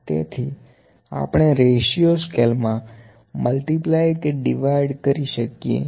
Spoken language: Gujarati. તેથી આપણે રેશિયો સ્કેલ મા મલ્ટીપ્લય કે ડીવાઈડ કરી શકીએ